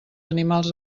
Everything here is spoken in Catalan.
animals